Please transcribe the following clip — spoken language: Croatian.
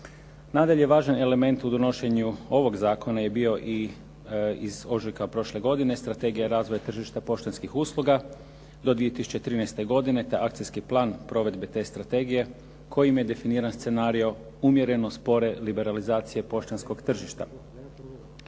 Nadalje, važan element u donošenju ovog zakona je bio i iz ožujka prošle godine Strategija razvoja tržišta poštanskih usluga do 2013. godine, taj akcijski plan provedbe te strategije kojim je definiran scenario umjereno spore liberalizacije poštanskog tržišta.